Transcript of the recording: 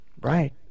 Right